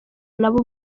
nabo